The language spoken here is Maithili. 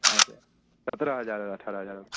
अच्छा सत्रह हजार अठारह हजार